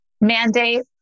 mandate